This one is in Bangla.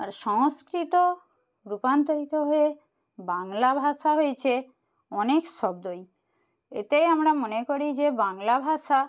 আর সংস্কৃত রূপান্তরিত হয়ে বাংলা ভাষা হয়েছে অনেক শব্দই এতেই আমরা মনে করি যে বাংলা ভাষা